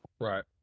Right